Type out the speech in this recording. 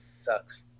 Sucks